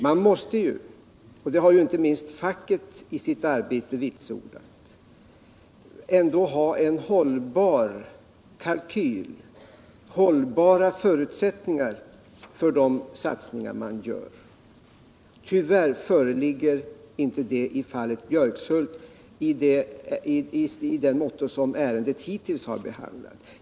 Man måste — det har inte minst facket i sitt arbete vitsordat — ändå ha cen hållbar kalkyl, hållbara förutsättningar för de satsningar man gör. Tyvärr föreligger inte sådana i fallet Björkshult — eller har i varje fall inte gjort det i den hittillsvarande behandlingen av ärendet.